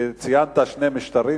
שציינת שני משטרים,